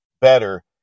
better